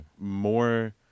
more